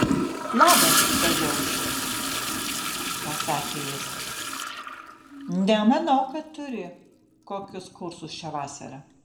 labas tadeušai pasakė jis nemanau kad turi kokius kursus šią vasarą